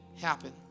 happen